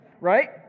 Right